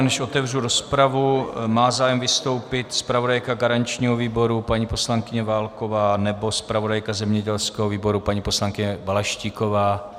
Než otevřu rozpravu, má zájem vystoupit zpravodajka garančního výboru paní poslankyně Válková nebo zpravodajka zemědělského výboru paní poslankyně Balaštíková?